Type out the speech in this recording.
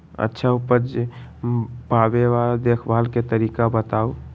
अच्छा उपज पावेला देखभाल के तरीका बताऊ?